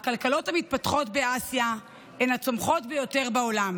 הכלכלות המתפתחות באסיה הן הצומחות ביותר בעולם.